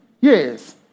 Yes